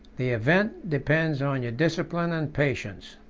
the event depends on your discipline and patience.